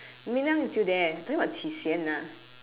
ming liang is still there talking about qi xian ah